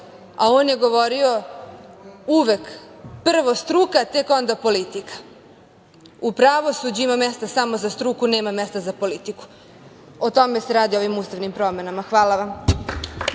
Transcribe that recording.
a on je govorio uvek – prvo struka, tek onda politika.U pravosuđu ima mesta samo za struku, nema mesta za politiku. O tome se radi u ovim ustavnim promenama. Hvala vam.